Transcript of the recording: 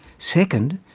second,